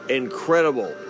incredible